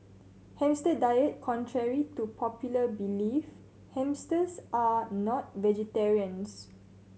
hamster diet Contrary to popular belief hamsters are not vegetarians